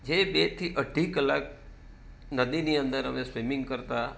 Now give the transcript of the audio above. જે બે થી અઢી કલાક નદીની અંદર અમે સ્વિમિંગ કરતાં